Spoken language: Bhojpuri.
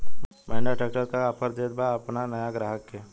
महिंद्रा ट्रैक्टर का ऑफर देत बा अपना नया ग्राहक के?